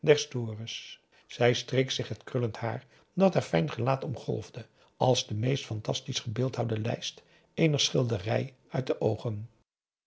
zij streek zich het krullend haar dat haar fijn gelaat omgolfde als de meest fantastisch gebeeldhouwde lijst eener schilderij uit de oogen